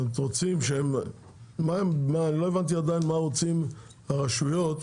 עדיין לא הבנתי מה הרשויות רוצות